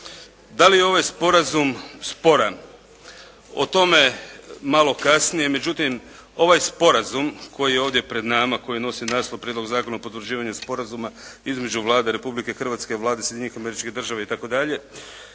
da li je ovaj sporazum sporan? O tome malo kasnije, međutim, ovaj sporazum koji je ovdje pred nama, koji nosi naslov Prijedlog zakona o potvrđivanju sporazuma između Vlade Republike Hrvatske, Vlade Sjedinjenih Američkih Država itd.